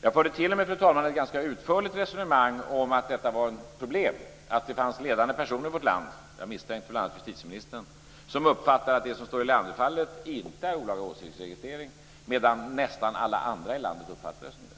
Jag förde till och med, fru talman, ett ganska utförligt resonemang om att det var ett problem att det finns ledande personer i vårt land - jag misstänkte bl.a. justitieministern - som uppfattar att det som står i Leanderfallet inte är olaga åsiktsregistrering, medan nästan alla andra i landet uppfattar det som det.